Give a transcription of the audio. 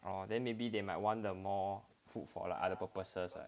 oh then maybe they might want the more food for other purposes